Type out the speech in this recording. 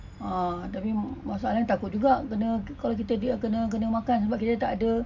ah tapi masalahnya takut juga kena kalau kita dia kena kena makan sebab kita tak ada